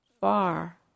far